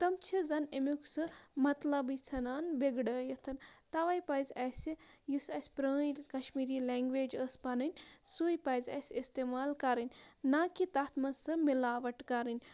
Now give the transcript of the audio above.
تِم چھِ زَن اَمیُک سُہ مطلبٕے ژھٕنان بِگڑٲیِتھ تَوے پَزِ اَسہِ یُس اَسہِ پرٲنۍ کَشمیٖری لینٛگویج ٲس پَنٕنۍ سُے پَزِ اَسہِ اِستعمال کَرٕنۍ نہ کہِ تَتھ منٛز سُہ مِلاوَٹ کَرٕنۍ